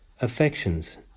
affections